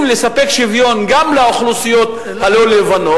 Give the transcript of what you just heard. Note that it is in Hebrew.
לספק שוויון גם לאוכלוסיות הלא-לבנות.